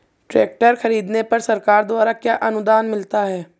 Tractor खरीदने पर सरकार द्वारा क्या अनुदान मिलता है?